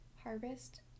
Harvest